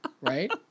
right